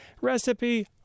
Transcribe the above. Recipe